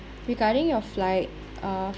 regarding your flight uh